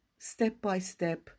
step-by-step